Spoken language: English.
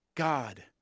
God